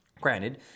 Granted